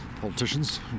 politicians